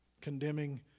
condemning